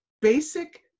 basic